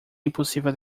impossível